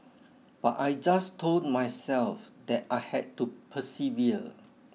but I just told myself that I had to persevere